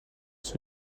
sur